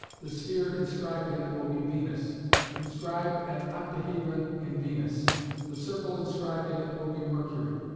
the sphere inscribed in it will be venus inscribe an octahedron in venus the circle inscribed in it will be mercury.